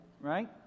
Right